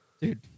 Dude